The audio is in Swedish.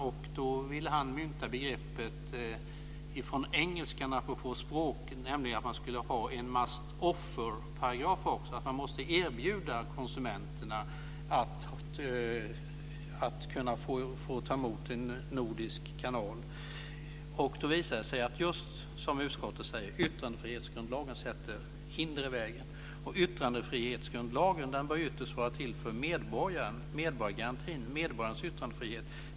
Då ville han, apropå språk, mynta ett begrepp från engelskan om att man skulle ha en must offer-paragraf också, dvs. att man måste erbjuda konsumenterna att kunna ta emot en nordisk kanal. Då visade det sig att yttrandefrihetsgrundlagen sätter hinder i vägen, just som utskottet säger. Yttrandefrihetsgrundlagen bör ju ytterst vara till för medborgargarantin och medborgarens yttrandefrihet.